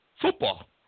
football